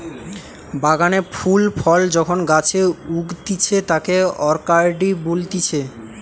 বাগানে ফুল ফল যখন গাছে উগতিচে তাকে অরকার্ডই বলতিছে